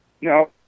No